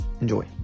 enjoy